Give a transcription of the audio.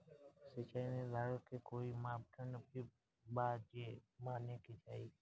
सिचाई निर्धारण के कोई मापदंड भी बा जे माने के चाही?